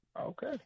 Okay